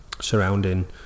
surrounding